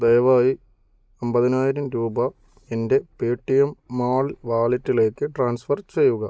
ദയവായി അമ്പതിനായിരം രൂപ എൻ്റെ പേടിഎം മാൾ വാലറ്റിലേക്ക് ട്രാൻസ്ഫർ ചെയ്യുക